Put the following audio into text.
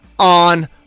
On